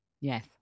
Yes